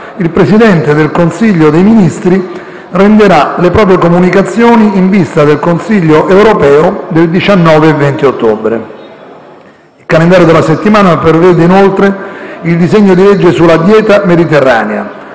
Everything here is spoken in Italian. il Presidente del Consiglio dei ministri renderà le proprie comunicazioni in vista del Consiglio europeo del 19 e 20 ottobre. Il calendario della settimana prevede inoltre il disegno di legge sulla dieta mediterranea,